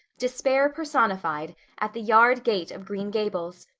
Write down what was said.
despair personified, at the yard gate of green gables,